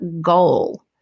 goal